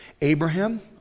Abraham